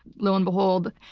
lo and behold,